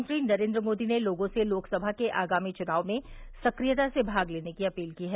प्रधानमंत्री नरेन्द्र मोदी ने लोगों से लोकसभा के आगामी च्नावों में सक्रियता से भाग लेने की अपील की है